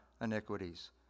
iniquities